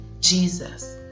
Jesus